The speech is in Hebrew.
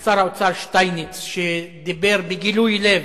עם שר האוצר שטייניץ, שדיבר בגילוי לב